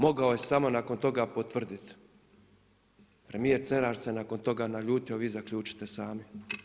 Mogao je samo nakon toga potvrditi, premijer Cerar se nakon toga naljutio a vi zaključite sami.